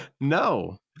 No